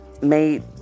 made